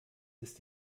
ist